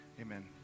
amen